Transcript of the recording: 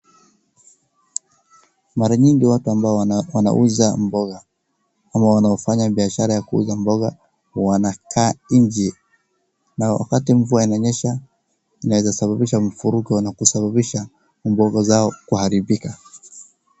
Mara nyingi watu ambao wanauza mboga ama wanaofanya biashara ya kuuza mboga wanakaa nje na wakati mvua inanyesha inaeza sababisha mvurungo na kusababisha mboga zao kuharibika.